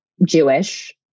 Jewish